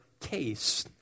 case